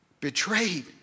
betrayed